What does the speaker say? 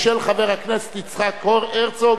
של חבר הכנסת יצחק הרצוג.